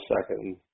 second